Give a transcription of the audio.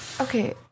Okay